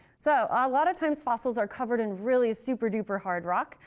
so a lot of times fossils are covered in really super duper hard rock.